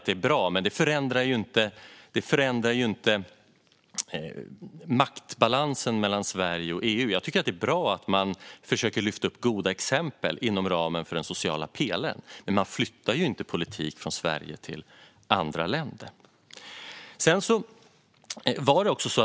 Det förändrar inte maktbalansen mellan Sverige och EU, men jag tycker att det är bra att man försöker lyfta upp goda exempel inom ramen för den sociala pelaren. Man flyttar ju inte politik från Sverige till andra länder.